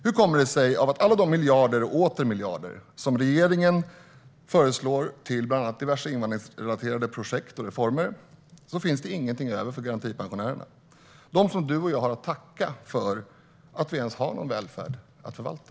Hur kommer det sig att av alla de miljarder och åter miljarder som regeringen föreslår till bland annat diverse invandringsrelaterade projekt och reformer finns det ingenting över för garantipensionärerna? Det är de som du och jag har att tacka för att vi ens har någon välfärd att förvalta.